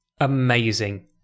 Amazing